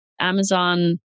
Amazon